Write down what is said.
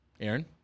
Aaron